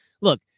look